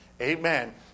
Amen